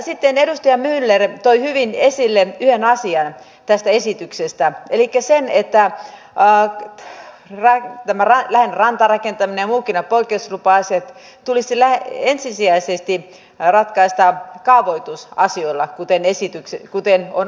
sitten edustaja myller toi hyvin esille yhden asian tästä esityksestä elikkä sen että tämä lähelle rantaa rakentaminen ja muutkin poikkeuslupa asiat tulisi ensisijaisesti ratkaista kaavoitusasioilla kuten onkin olemassa